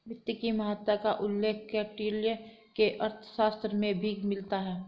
वित्त की महत्ता का उल्लेख कौटिल्य के अर्थशास्त्र में भी मिलता है